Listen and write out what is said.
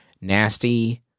nasty